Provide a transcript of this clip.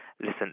Listen